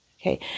okay